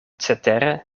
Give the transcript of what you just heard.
cetere